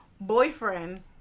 boyfriend